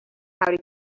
how